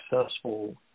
successful